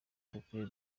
dukwiye